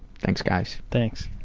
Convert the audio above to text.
thanks guys. thanks.